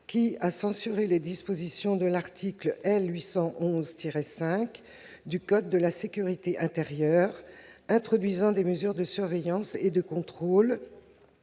qui a censuré les dispositions de l'article L.811-5 du code de la sécurité intérieure introduisant des mesures de surveillance et de contrôle